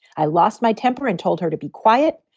i lost my temper and told her to be quiet,